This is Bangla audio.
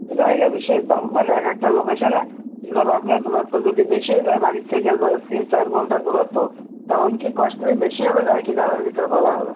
জায়গা বিশেষ দাম মানে এক একটা লোকেশানে ধরো আপনার দূরত্ব যদি বেশি হয়ে যায় বাড়ির থেকে য তিন চার ঘন্টা দূরত্ব তখন কি কস্টলি বেশি হবে না একই দামের ভিতরে করা হবে